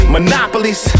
Monopolies